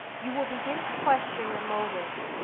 you will begin to question your motives,